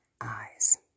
eyes